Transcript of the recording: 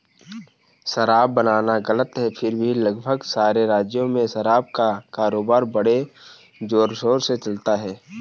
शराब बनाना गलत है फिर भी लगभग सारे राज्यों में शराब का कारोबार बड़े जोरशोर से चलता है